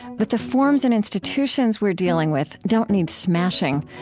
but the forms and institutions we are dealing with don't need smashing.